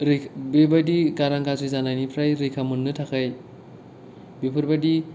ओरै बेबायदि गारां गाज्रि जानायनि फ्राय रैखा मोन्नो थाखाय बेफोरबायदि